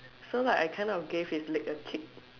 so like I kind of gave his legs a kick